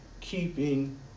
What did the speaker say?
keeping